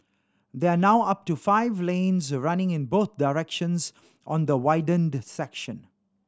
there are now up to five lanes running in both directions on the widened section